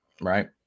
Right